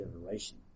generation